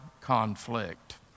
conflict